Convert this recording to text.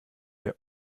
der